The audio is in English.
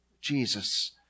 Jesus